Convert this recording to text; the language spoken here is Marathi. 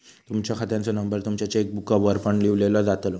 तुमच्या खात्याचो नंबर तुमच्या चेकबुकवर पण लिव्हलो जातलो